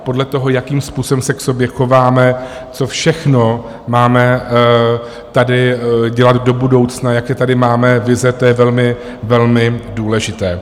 Podle toho, jakým způsobem se k sobě chováme, co všechno máme dělat do budoucna, jaké tady máme vize, to je velmi, velmi důležité.